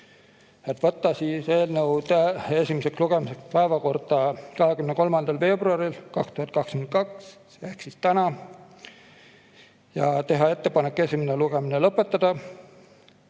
võtta eelnõu esimeseks lugemiseks päevakorda 23. veebruaril 2022 ja teha ettepanek esimene lugemine lõpetada